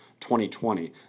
2020